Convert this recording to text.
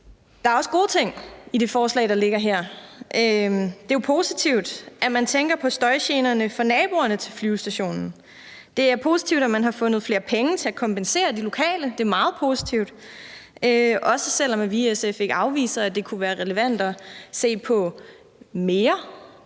der er også gode ting i det forslag, der ligger her. Det er jo positivt, at man tænker på støjgenerne for naboerne til flyvestationen. Det er positivt, at man har fundet flere penge til at kompensere de lokale. Det er meget positivt, også selv om vi i SF ikke afviser, at det kunne være relevant at se på mere